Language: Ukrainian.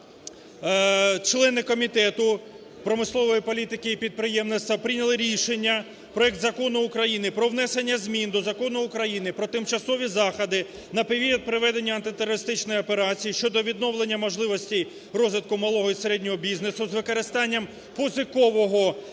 Члени Комітету промислової політики і підприємництва прийняли рішення проект Закону України про внесення змін до Закону України "Про тимчасові заходи на період проведення антитерористичної операції" щодо відновлення можливостей розвитку малого та середнього бізнесу з використанням позикового